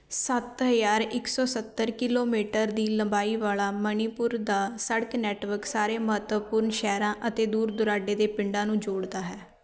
ਸੱਤ ਹਜ਼ਾਰ ਇੱਕ ਸੌ ਸੱਤਰ ਕਿਲੋਮੀਟਰ ਦੀ ਲੰਬਾਈ ਵਾਲਾ ਮਣੀਪੁਰ ਦਾ ਸੜਕ ਨੈੱਟਵਰਕ ਸਾਰੇ ਮਹੱਤਵਪੂਰਨ ਸ਼ਹਿਰਾਂ ਅਤੇ ਦੂਰ ਦੁਰਾਡੇ ਦੇ ਪਿੰਡਾਂ ਨੂੰ ਜੋੜਦਾ ਹੈ